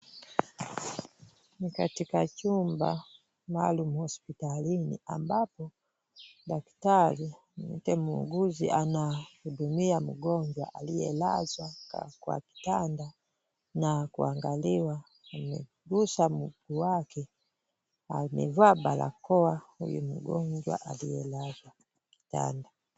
Ni katika chumba maalum hospitalini ambapo daktari, nimwite muuguzi anahudumia mgonjwa aliyelazwa kwa kitanda na kuangaliwa kwenye busamu wake. Amevaa barakoa huyu mgonjwa aliyelazwa kwa kitanda.